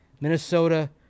Minnesota